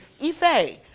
Ife